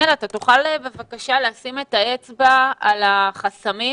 אתה תוכל לשים את האצבע על החסמים?